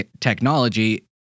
technology